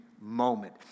moment